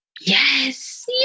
yes